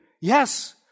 Yes